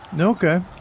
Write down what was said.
Okay